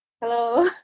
hello